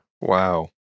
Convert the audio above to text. Wow